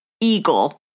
eagle